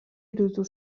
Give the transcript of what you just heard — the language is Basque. iruditu